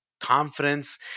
confidence